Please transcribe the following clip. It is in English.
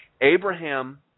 Abraham